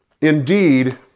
indeed